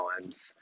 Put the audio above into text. times